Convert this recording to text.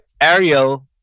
Ariel